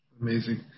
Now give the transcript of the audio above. Amazing